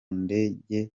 ndege